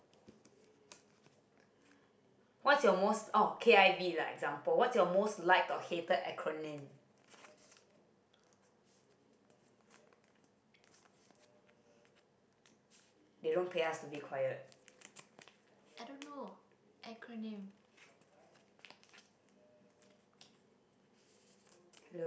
i don't know acronym